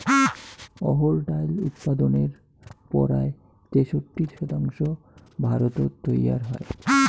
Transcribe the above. অহর ডাইল উৎপাদনের পরায় তেষট্টি শতাংশ ভারতত তৈয়ার হই